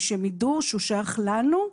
ושהם יידעו שהוא שייך לנו.